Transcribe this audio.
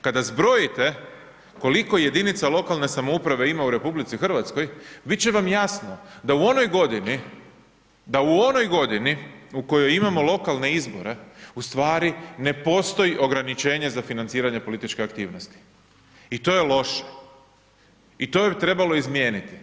Kada zbrojite koliko jedinica lokalne samouprave ima u RH bit će vam jasno da u onoj godini u kojoj imamo lokalne izbore, u stvari ne postoji ograničenje za financiranje političke aktivnosti i to je loše i to bi trebalo izmijeniti.